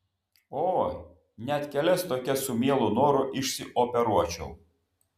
oi net kelias tokias su mielu noru išsioperuočiau